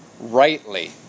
rightly